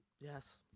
Yes